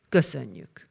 Köszönjük